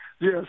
Yes